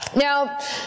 Now